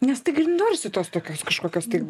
nes taigi norisi tos tokios kažkokios tai